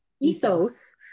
ethos